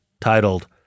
titled